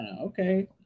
Okay